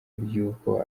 ry’uko